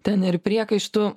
ten ir priekaištų